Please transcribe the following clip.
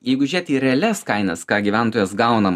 jeigu žėt į realias kainas ką gyventojas gauna